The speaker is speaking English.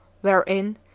wherein